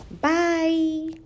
Bye